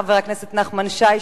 חבר הכנסת נחמן שי,